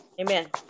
Amen